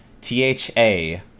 T-H-A